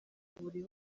buri